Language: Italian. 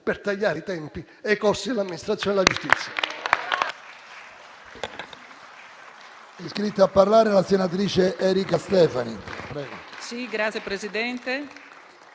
per tagliare i tempi e i costi dell'amministrazione della giustizia.